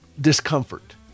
discomfort